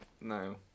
No